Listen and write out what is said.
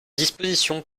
disposition